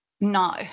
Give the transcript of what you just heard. No